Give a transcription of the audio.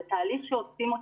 זה תהליך שעושים אותו.